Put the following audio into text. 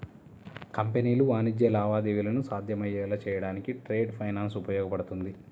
కంపెనీలు వాణిజ్య లావాదేవీలను సాధ్యమయ్యేలా చేయడానికి ట్రేడ్ ఫైనాన్స్ ఉపయోగపడుతుంది